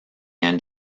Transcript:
end